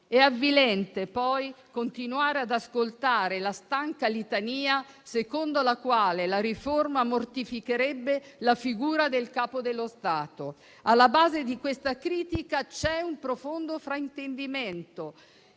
È avvilente poi continuare ad ascoltare la stanca litania secondo la quale la riforma mortificherebbe la figura del Capo dello Stato. Alla base di questa critica c'è un profondo fraintendimento,